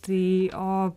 tai o